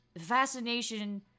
fascination